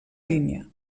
línia